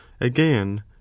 again